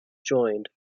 joined